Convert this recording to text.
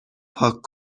پاک